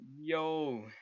Yo